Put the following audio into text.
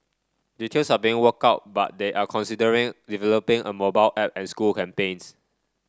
details are being worked out but they are considering developing a mobile app and school campaigns